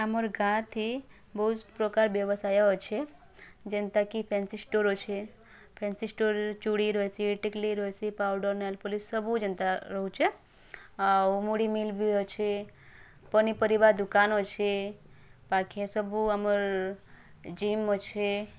ଆମର୍ ଗାଁଥି ବହୁତ୍ ପ୍ରକାର୍ ବ୍ୟବସାୟ ଅଛି ଯେନ୍ତାକି ଫ୍ୟାନ୍ସି ଷ୍ଟୋର୍ ଅଛି ଫ୍ୟାନ୍ସି ଷ୍ଟୋର୍ ଚୁଡ଼ି ରହିସି ଟିକିଲି ରହିହି ପାଉଡ଼ର୍ ନେଲ୍ପଲିସ୍ ସବୁ ଯେନ୍ତା ରହୁଛେ ଆଉ ମୁଢ଼ି ମିଲ୍ ବି ଅଛି ପନିପରିବା ଦୁକାନ୍ ଅଛି ପାଖେ ସବୁ ଆମ୍ର ଜିମ୍ ଅଛି